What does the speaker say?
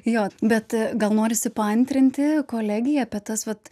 jo bet gal norisi paantrinti kolegei apie tas vat